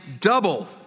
double